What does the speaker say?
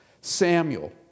Samuel